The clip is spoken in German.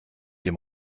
dem